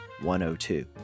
102